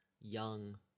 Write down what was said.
young